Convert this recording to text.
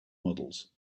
models